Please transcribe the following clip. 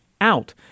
out